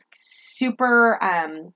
super